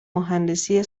مهندسی